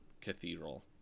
cathedral